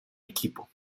equipo